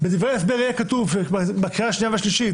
שבו הוכללו שטחי בית המשפט,